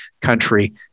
country